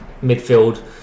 midfield